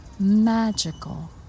magical